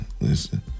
listen